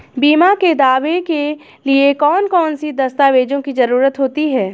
बीमा के दावे के लिए कौन कौन सी दस्तावेजों की जरूरत होती है?